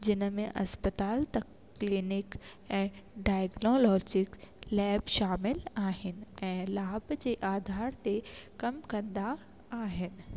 जिनि में इस्पतालि तक क्लीनिक ऐं डाइग्नोलॉजिक लैब शामिलु आहिनि ऐं लाभ जे आधार ते कमु कंदा आहिनि